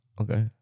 Okay